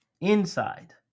Inside